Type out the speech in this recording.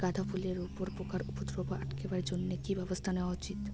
গাঁদা ফুলের উপরে পোকার উপদ্রব আটকেবার জইন্যে কি ব্যবস্থা নেওয়া উচিৎ?